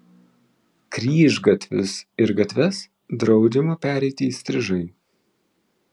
kryžgatvius ir gatves draudžiama pereiti įstrižai